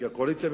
כי הקואליציה,